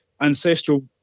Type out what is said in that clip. ancestral